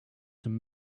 some